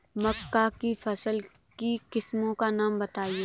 मक्का की फसल की किस्मों का नाम बताइये